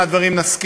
זועק.